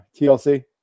TLC